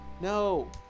No